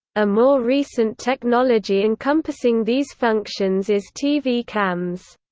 a more recent technology encompassing these functions is tv cams.